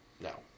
no